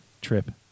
trip